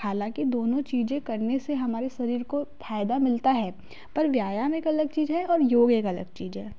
हालाँकि दोनों चीज़ें करने से हमारे शरीर को फायदा मिलता है पर व्यायाम एक अलग चीज है और योग एक अलग चीज है